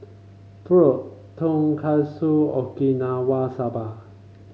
Pho Tonkatsu Okinawa Saba